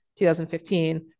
2015